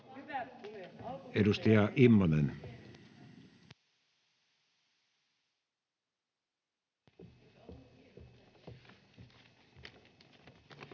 Edustaja Immonen. [Speech